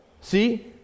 see